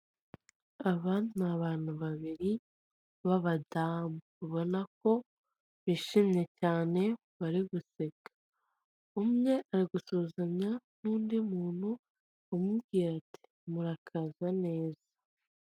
Aba ni abantu babiri b'abadamu ubona ko bishimye cyane bari guseka umwe ari gusuzanya n'undi muntu umubwira ati murakaza neza.